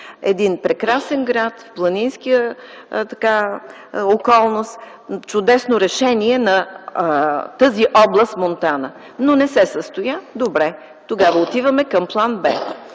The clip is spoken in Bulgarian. Един прекрасен град, планинска околност, чудесно решение на област Монтана, но не се състоя. Добре, тогава отиваме към план „Б”.